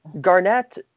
garnett